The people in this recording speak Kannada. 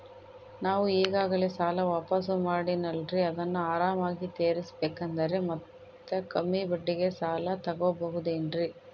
ನಾನು ಈಗಾಗಲೇ ಸಾಲ ವಾಪಾಸ್ಸು ಮಾಡಿನಲ್ರಿ ಅದನ್ನು ಆರಾಮಾಗಿ ತೇರಿಸಬೇಕಂದರೆ ಮತ್ತ ಕಮ್ಮಿ ಬಡ್ಡಿಗೆ ಸಾಲ ತಗೋಬಹುದೇನ್ರಿ?